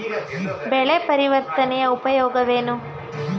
ಬೆಳೆ ಪರಿವರ್ತನೆಯ ಉಪಯೋಗವೇನು?